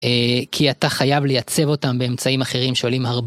כי אתה חייב לייצב אותם באמצעים אחרים שעולים הרבה.